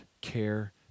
care